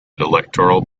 electoral